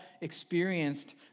experienced